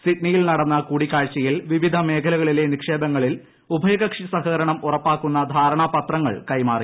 സിഡ്നിയിൽ നടന്ന കൂടിക്കാഴ്ചയിൽ വിവിധ മേഖലകളിലെ നിക്ഷേപങ്ങളിൽ ഉഭയകക്ഷി സഹകരണം ഉറപ്പാക്കുന്ന ധാരണാ പത്രങ്ങൾ കൈമാറി